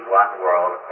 one-world